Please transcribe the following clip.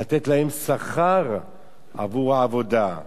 לתת להן שכר עבור העבודה,